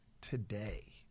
today